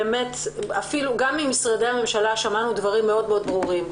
גם ממשרדי הממשלה שמענו דברים מאוד ברורים.